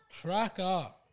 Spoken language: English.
Cracker